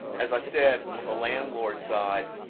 as i've said, on the landlord side,